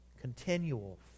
continual